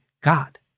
God